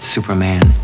Superman